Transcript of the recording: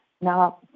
Now